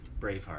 Braveheart